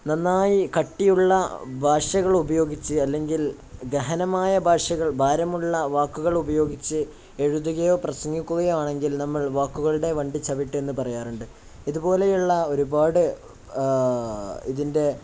നന്നായി കട്ടിയുള്ള ഭാഷകൾ ഉപയോഗിച്ച് അല്ലെങ്കിൽ ഗഹനമായ ഭാഷകൾ ഭാരമുള്ള വാക്കുകൾ ഉപയോഗിച്ച് എഴുതുകയോ പ്രസംഗിക്കുകയോ ആണെങ്കിൽ നമ്മൾ വാക്കുകളുടെ വണ്ടിച്ചവിട്ട് എന്നു പറയാറുണ്ട് ഇതുപോലെയുള്ള ഒരുപാട് ആ ഇതിൻ്റെ